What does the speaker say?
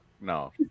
no